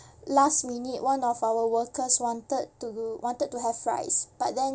last minute one of our workers wanted to wanted to have fries but then